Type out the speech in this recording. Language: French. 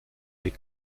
les